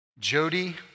Jody